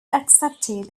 accepted